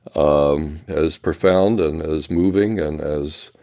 um as profound and as moving and as